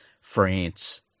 France